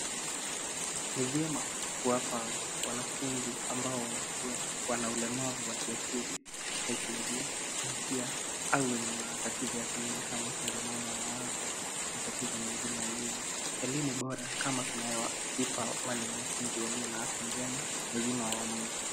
Ni vyema kuwapa wanafunzi ambao wana ulemavu wa kiakili, kisaikolojia, hisia au wenye matatizo ya kimwili kama msongamano wa mawazo na tatizo mengine ya mwili elimu bora kama tunayoipa wale wanafunzi walio na afya njema uzima wa mwili.